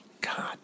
God